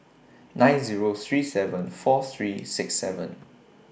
nine Zero three seven four three six seven